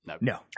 No